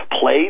play